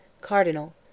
Cardinal